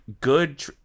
good